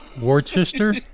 Worcester